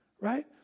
right